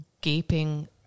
gaping